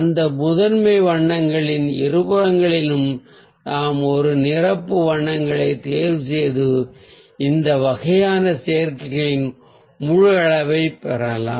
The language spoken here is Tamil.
அந்த முதன்மை வண்ணங்களின் இருபுறங்களிலிருந்தும் நாம் ஒரு நிரப்பு வண்ணத்தை தேர்வுசெய்து இந்த வகையான சேர்க்கைகளின் முழு அளவையும் பெறலாம்